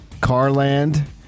Carland